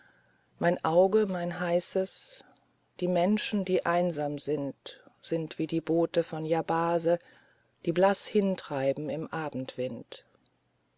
mein auge mein heißes die menschen die einsam sind sind wie die boote von yabase die blaß hintreiben im abendwind